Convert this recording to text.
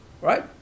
right